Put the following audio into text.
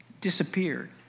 disappeared